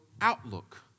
outlook